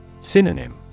Synonym